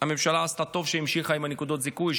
הממשלה עשתה טוב שהיא המשיכה עם נקודות הזיכוי,